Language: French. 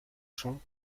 chants